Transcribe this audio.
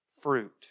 fruit